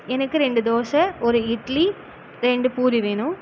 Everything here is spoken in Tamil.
எனக்கு ரெண்டு தோசை ஒரு இட்லி ரெண்டு பூரி வேணும்